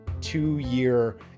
two-year